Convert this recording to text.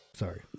Sorry